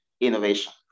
innovation